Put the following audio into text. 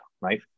right